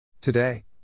Today